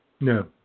No